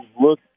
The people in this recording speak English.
look